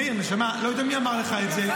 מאיר, נשמה, אני לא יודע מי אמר לך את זה.